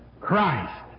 Christ